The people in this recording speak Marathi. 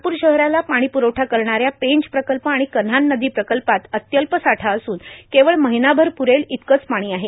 नागपूर शहराला पाणी प्रवठा करणाऱ्या पेंच प्रकल्प आणि कन्हान नदी प्रकल्पात अत्यल्प साठा असून केवळ महिनाभर प्रेल इतके पाणी आहे